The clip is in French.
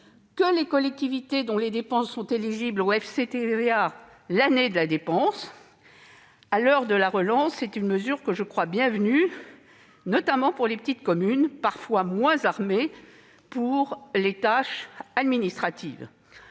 que les collectivités, dont les dépenses sont éligibles au FCTVA l'année de la dépense. À l'heure de la relance, cette simplification me semble bienvenue, notamment pour les petites communes, parfois moins « armées » que les grandes pour les tâches administratives.